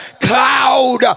cloud